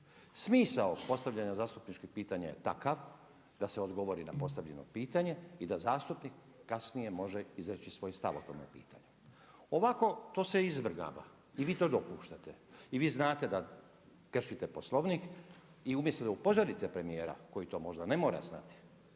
Smisao postavljanja zastupničkih pitanja je takav da se odgovori na postavljeno pitanje i da zastupnik kasnije može izreći svoj stav o tome pitanju. Ovako to se izvrgava i vi to dopuštate. I vi znate da kršite Poslovnik i umjesto da upozorite premijera koji to možda ne mora znati,